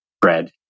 bread